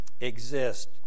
exist